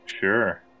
Sure